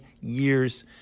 years